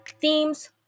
themes